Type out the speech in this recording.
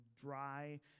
dry